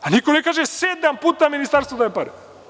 Niko ne kaže – sedam puta ministarstvo daje pare.